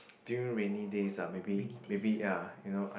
during rainy days ah maybe maybe ya you know I